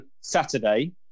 Saturday